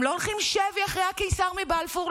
הם לא הולכים שבי אחרי הקיסר מבלפור,